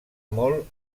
molt